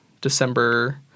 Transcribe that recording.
December